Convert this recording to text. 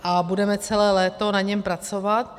A budeme celé léto na něm pracovat.